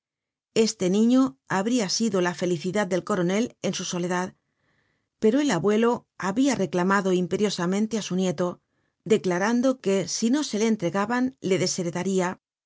este niño habria sido la felicidad del coronel en su soledad pero el abuelo habia reclamado imperiosamente á su nieto declarando que si no se le entregaban le